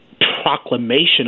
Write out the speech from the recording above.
proclamation